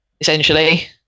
Essentially